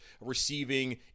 receiving